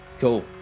Cool